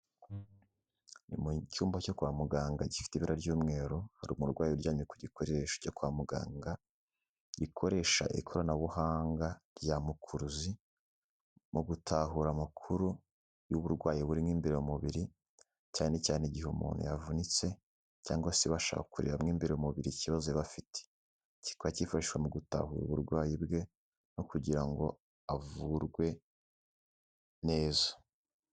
Ni mu cyumba cyo kwa muganga gifite ibara ry'umweru, hari umurwayi uryaye ku gikoreshasho cyo kwa muganga gikoresha ikoranabuhanga rya mukuruzi, mu gutahura amakuru y'uburwayi burimo imbere mu mubiri, cyane cyane igihe umuntu yavunitse, cyangwa se bashaka kureba mo imbere mu mubiri ikibazo yaba afite. Kikaba kifashishwa mu gutahura uburwayi bwe, no kugira ngo avurwe neza.